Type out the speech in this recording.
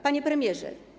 Panie Premierze!